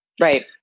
Right